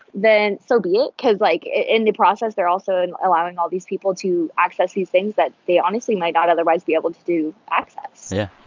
then so be it cause, like, in the process, they're also allowing all these people to access these things that they honestly might not otherwise be able to to access yeah.